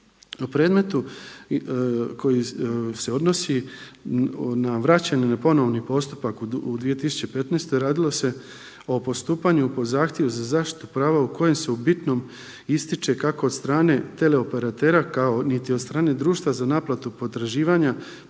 O predmetu koji se odnosi na vraćanje na ponovni postupak u 2015. radilo se o postupanju po zahtjevu za zaštitu prava u kojem se u bitnom ističe kako od strane teleoperatera kao niti od strane društva za naplatu potraživanja,